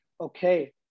okay